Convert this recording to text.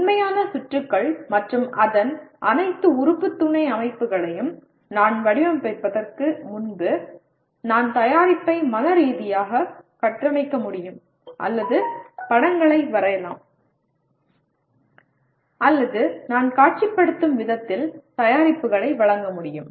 உண்மையான சுற்றுகள் மற்றும் அதன் அனைத்து உறுப்பு துணை அமைப்புகளையும் நான் வடிவமைப்பதற்கு முன்பு நான் தயாரிப்பை மனரீதியாக கட்டமைக்க முடியும் அல்லது படங்களை வரையலாம் அல்லது நான் காட்சிப்படுத்தும் விதத்தில் தயாரிப்புகளை வழங்க முடியும்